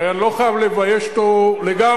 הרי אני לא חייב לבייש אותו לגמרי.